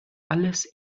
alles